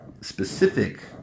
specific